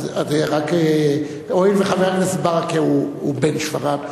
הואיל וחבר הכנסת ברכה הוא בן שפרעם,